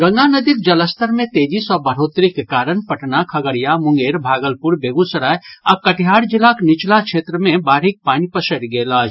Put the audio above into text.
गंगा नदीक जलस्तर मे तेजी सँ बढ़ोतरीक कारण पटना खगड़िया मुंगेर भागलपुर बेगूसराय आ कटिहार जिलाक नीचला क्षेत्र मे बाढ़िक पानि पसरि गेल अछि